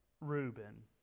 Reuben